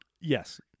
Yes